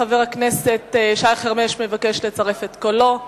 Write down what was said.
חבר הכנסת שי חרמש מבקש לצרף את קולו.